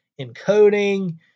encoding